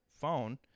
phone